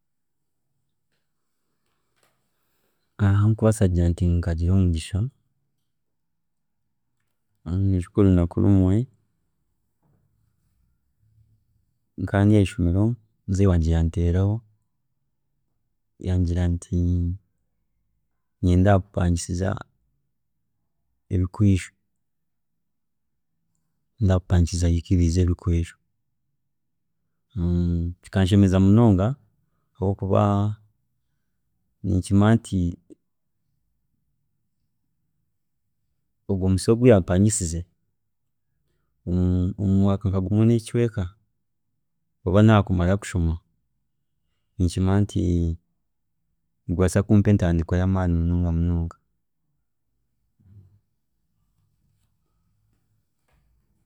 Ahu nkubaasa kugira nti nkagira omugisha, ninyijuka orunaku rumwe, nkaba ndi aheishomero muzeeyi wangye yanteereraho yangira ati ninyenda kukupangiisiza ebikwiijo, naakupangiisiza hiika ibiri zebikwiijo, kikanshemeza munonga habwokuba ninkimanya nti ogwe musiri ogu yapangisize omu- omumwaaka gumwe nekicweeka obu naaza kumara kushoma ninkimanya nti nigubaasa kumpa entandikwa yamaani munonga.